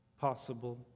possible